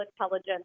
intelligence